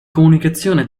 comunicazione